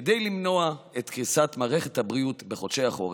כדי למנוע את קריסת מערכת הבריאות בחודשי החורף,